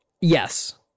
Yes